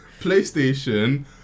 Playstation